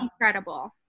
Incredible